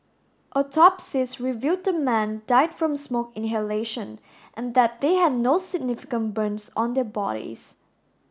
autopsies revealed the men died from smoke inhalation and that they had no significant burns on their bodies